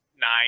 nine